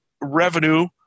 revenue